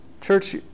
Church